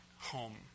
home